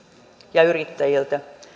ja yrittäjiltä